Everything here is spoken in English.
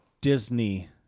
Disney